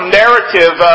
narrative